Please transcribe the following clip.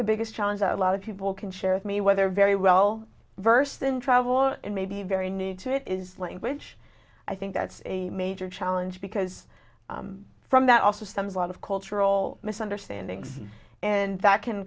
the biggest challenge that a lot of people can share with me whether very well versed in travel and maybe very new to it is language i think that's a major challenge because from that also some of out of cultural misunderstandings and that can